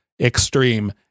extreme